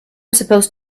supposed